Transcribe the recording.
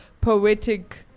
poetic